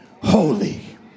holy